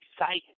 exciting